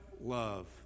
Love